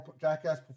Jackass